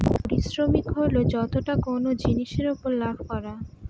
পারিশ্রমিক হল যতটা কোনো জিনিসের উপর লাভ হয়